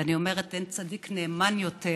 ואני אומרת: אין צדיק נאמן יותר